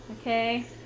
Okay